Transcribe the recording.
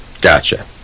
Gotcha